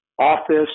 office